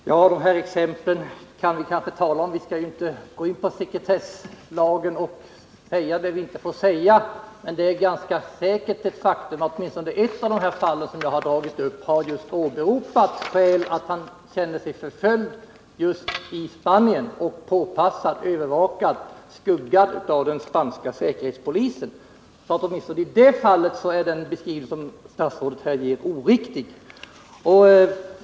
Herr talman! De här exemplen kan vi kanske inte tala om — vi skall inte gå in på sekretesslagen och säga det vi inte får säga — men ganska säkert är att åtminstone i ett av de fall som jag har tagit upp har som skäl åberopats att man just i Spanien känner sig förföljd samt påpassad, övervakad och skuggad av den spanska säkerhetspolisen. Åtminstone i det fallet är den beskrivning som statsrådet här har givit oriktig.